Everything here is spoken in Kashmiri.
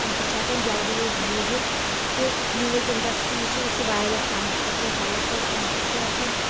اَمہِ سۭتۍ جلدی أسۍ ہٮ۪کان بوٗزِتھ کہِ نَوز اِنٛڈسٹری چھِ یہِ چھِ واریاہ سانہِ خٲطرٕ ہیٚلپ فُل اَمہِ سۭتۍ چھِ ہٮ۪کان